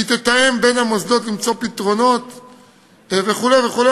היא תתאם בין המוסדות למצוא פתרונות וכו' וכו',